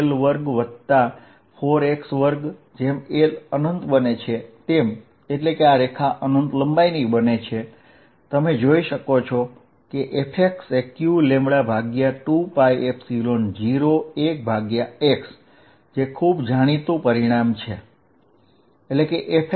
અહીં L હોવાથી એટલે કે લાઈન અનંત લંબાઈની થવાથી તમે જોઈ શકો છો કે Fxqλ2π0x બને છે અને તે ખૂબ જાણીતું પરિણામ છે